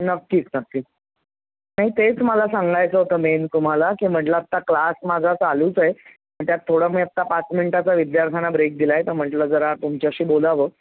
नक्कीच नक्की नाही तेच मला सांगायचं होतं मेन तुम्हाला की म्हटलं आता क्लास माझा चालूच आहे पण त्यात थोडा मी आत्ता पाच मिनिटाचा विद्यार्थ्यांना ब्रेक दिला आहे तर म्हटलं जरा तुमच्याशी बोलावं